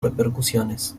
repercusiones